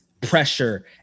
pressure